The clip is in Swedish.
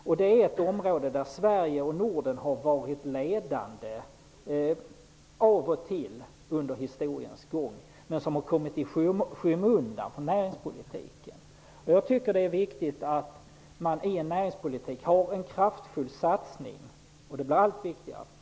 Design är ett område där Sverige och Norden har varit ledande av och till under historiens gång men som har kommit i skymundan. Jag tycker att det är viktigt att man i en näringspolitik gör en kraftfull satsning på design, och det blir allt viktigare.